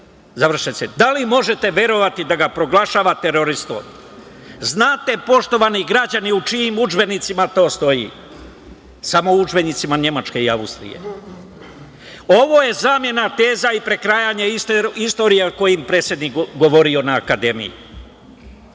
završen citat. Da li možete verovati da ga proglašava teroristom? Znate li, poštovani građani, u čijim udžbenicima to stoji? Samo u udžbenicima Nemačke i Austrije. Ovo je zamena teza i prekrajanje istorije o kojoj je predsednik govorio na akademiji. Profesor